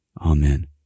Amen